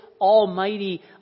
almighty